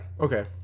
Okay